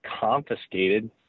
confiscated